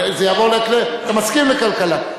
זה יעבור, אתה מסכים לכלכלה.